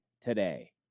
today